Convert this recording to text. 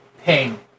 ping